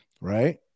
Right